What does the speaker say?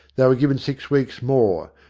they were given six weeks more,